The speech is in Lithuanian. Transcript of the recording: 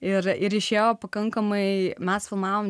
ir ir išėjo pakankamai mes filmavom